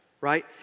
right